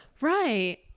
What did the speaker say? Right